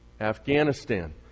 Afghanistan